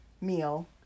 meal